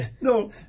no